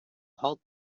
halt